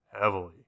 heavily